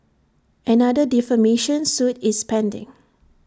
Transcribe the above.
another defamation suit is pending